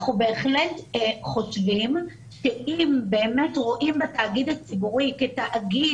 אנחנו בהחלט חושבים שאם באמת רואים בתאגיד הציבורי כתאגיד